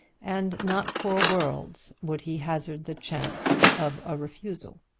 and not for worlds would he hazard the chance of a refusal.